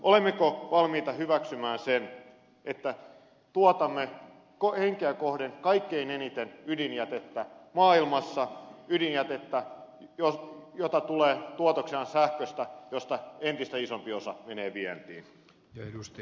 olemmeko valmiita hyväksymään sen että tuotamme henkeä kohden kaikkein eniten ydinjätettä maailmassa ydinjätettä jota tulee tuotoksena sähköstä josta entistä isompi osa menee vientiin